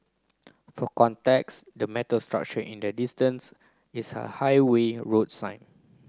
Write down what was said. for context the metal structure in the distance is a highway roads sign